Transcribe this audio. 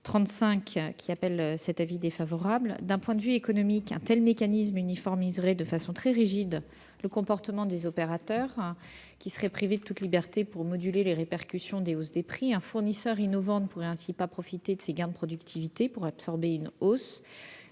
la date d'entrée en vigueur. D'un point de vue économique, un tel mécanisme uniformiserait de manière très rigide le comportement des opérateurs, qui seraient privés de toute liberté pour moduler les répercussions des hausses des prix. Un fournisseur innovant ne pourrait pas profiter de ses gains de productivité pour absorber une hausse.